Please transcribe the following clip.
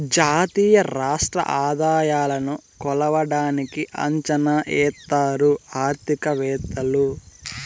జాతీయ రాష్ట్ర ఆదాయాలను కొలవడానికి అంచనా ఎత్తారు ఆర్థికవేత్తలు